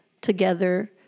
together